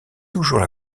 toujours